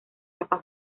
tapa